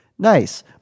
nice